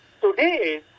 Today